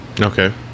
Okay